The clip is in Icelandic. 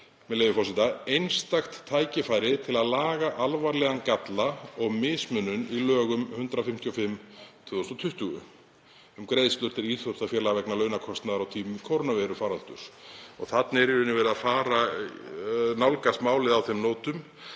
með leyfi forseta: „Einstakt tækifæri til að laga alvarlegan galla og mismunun í lögum 155/2020 um greiðslur til íþróttafélaga vegna launakostnaðar á tímum kórónuveirufaraldurs.“ Þarna er í rauninni verið að nálgast málið á þeim nótum